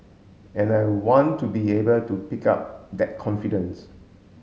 and I want to be able to pick up that confidence